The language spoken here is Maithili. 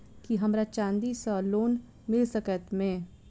की हमरा चांदी सअ लोन मिल सकैत मे?